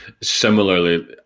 similarly